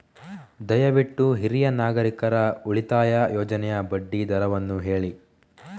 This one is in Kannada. ದಯವಿಟ್ಟು ಹಿರಿಯ ನಾಗರಿಕರ ಉಳಿತಾಯ ಯೋಜನೆಯ ಬಡ್ಡಿ ದರವನ್ನು ಹೇಳಿ